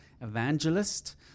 evangelist